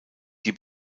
die